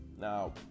Now